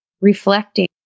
reflecting